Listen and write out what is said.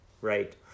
right